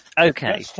Okay